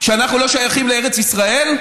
שאנחנו לא שייכים לארץ ישראל,